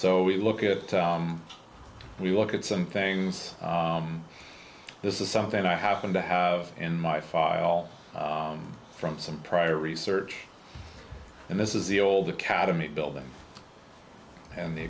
so we look at it we look at some things this is something i happened to have in my file from some prior research and this is the old academy building and the